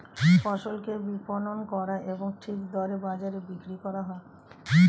ফসলকে বিপণন করা এবং ঠিক দরে বাজারে বিক্রি করা